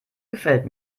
gefällt